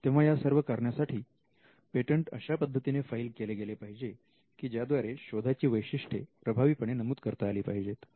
तेव्हा या सर्व कारणांसाठी पेटंट अशा पद्धतीने फाईल केले गेले पाहिजे की ज्याद्वारे शोधाची वैशिष्ट्ये प्रभावीपणे नमूद करता आली पाहिजेत